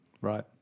Right